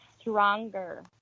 stronger